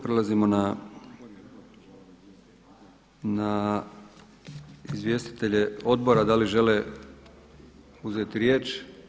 Prelazimo na izvjestitelje odbora, da li žele uzeti riječ?